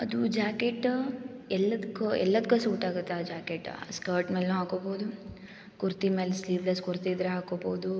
ಅದು ಜಾಕೆಟ್ ಎಲ್ಲದಕ್ಕು ಎಲ್ಲದ್ಕೆ ಅದು ಸೂಟ್ ಆಗುತ್ತೆ ಆ ಜಾಕೆಟ್ ಸ್ಕರ್ಟ್ ಮೇಲು ಹಾಕೋಬೌದು ಕುರ್ತಿ ಮ್ಯಾಲೆ ಸ್ಲೀವ್ ಲೆಸ್ಸ್ ಕುರ್ತಿ ಇದ್ರೆ ಹಾಕೋಬೌದು